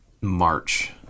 March